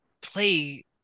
play